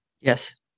Yes